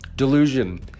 Delusion